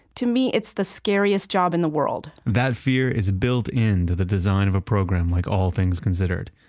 to me its the scariest job in the world that fear is built into the design of a program like all things considered.